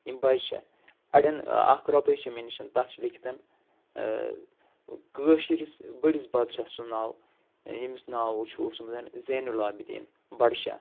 یِم بجہِ چھےٚ اَڑٮ۪ن اکھ رۄپَے چھِ مےٚ نِش تَتھ چھُ لیٚکھِتھ کٲشرِس بٔڑِس بادشاہ سُنٛد ناو ییٚمِس ناو چھُ اوسمُت زینُ العابدین بڑشاہ